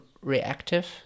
reactive